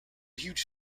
huge